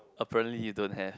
apparently you don't have